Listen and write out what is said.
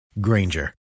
Granger